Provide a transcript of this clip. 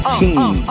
team